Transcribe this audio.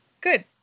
Good